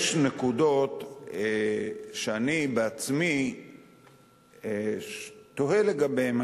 יש נקודות שאני בעצמי תוהה לגביהן,